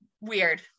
weird